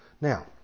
Now